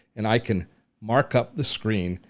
and i can markup the screen,